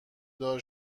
دار